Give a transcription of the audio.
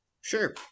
Sure